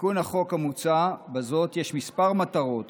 לתיקון החוק המוצע בזאת יש כמה מטרות.